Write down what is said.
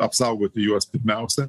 apsaugoti juos pirmiausia